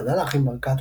פנה לאחים ברקת,